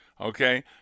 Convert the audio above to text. Okay